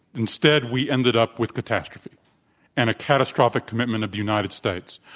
instead, we ended up with catastrophe and a catastrophic commitment of the united states.